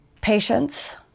patience